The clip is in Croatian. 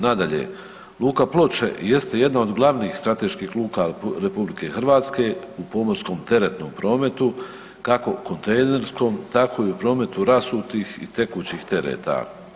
Nadalje, luka Ploče jeste jedna od glavnih strateških luka Rh u pomorskom teretnom prometu kako u kontejnerskom tako i u prometu rasutih i tekućih tereta.